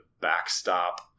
backstop